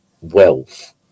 wealth